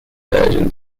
version